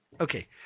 Okay